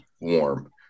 warm